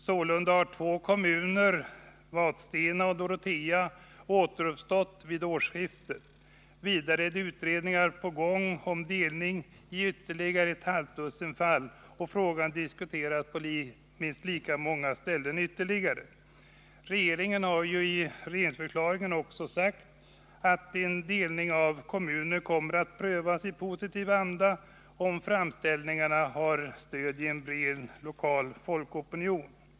Sålunda har två kommuner, Vadstena och Dorotea, återuppstått vid årsskiftet. Vidare är utredningar på gång om delning i ett halvt dussin fall, och frågan diskuteras på minst lika många ställen ytterligare. Regeringen har ju i regeringsförklaringen också sagt att delning av kommuner kommer att prövas i positiv anda, om framställningarna har stöd i en bred lokal folkopinion.